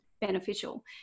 beneficial